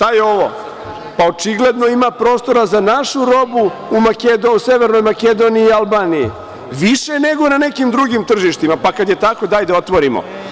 Očigledno ima prostora za našu robu u Severnoj Makedoniji i Albaniji više nego na nekim drugim tržištima, pa kad je tako, daj da otvorimo.